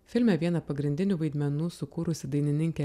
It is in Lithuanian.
filme vieną pagrindinių vaidmenų sukūrusi dainininkė